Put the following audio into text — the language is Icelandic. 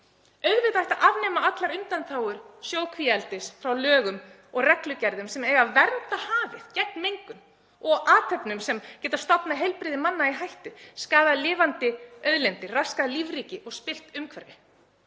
Auðvitað ætti að afnema allar undanþágur sjókvíaeldis frá lögum og reglugerðum sem eiga að vernda hafið gegn mengun og athöfnum sem geta stofnað heilbrigði manna í hættu, skaðað lifandi auðlindir, raskað lífríki og spillt umhverfi.